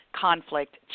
conflict